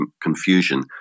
confusion